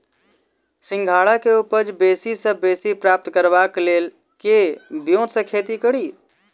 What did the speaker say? सिंघाड़ा केँ उपज बेसी सऽ बेसी प्राप्त करबाक लेल केँ ब्योंत सऽ खेती कड़ी?